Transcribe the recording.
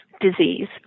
disease